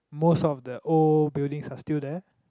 most of the old buildings are still there